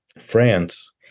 France